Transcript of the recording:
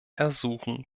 ersuchen